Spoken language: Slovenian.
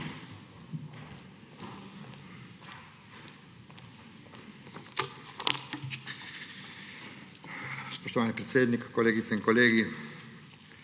Spoštovani predsednik, kolegice in kolegi!